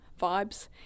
vibes